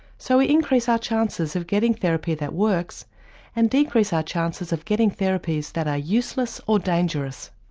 so it increases our chances of getting therapy that works and decrease our chances of getting therapies that are useless or dangerous.